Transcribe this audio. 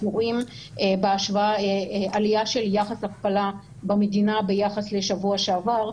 אנחנו רואים עלייה של יחס הכפלה במדינה ביחס לשבוע שעבר,